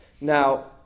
Now